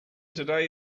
today